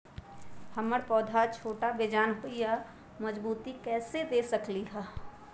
हमर पौधा छोटा बेजान हई उकरा मजबूती कैसे दे सकली ह?